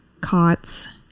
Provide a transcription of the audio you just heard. cots